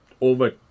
over